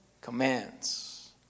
commands